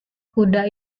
kuda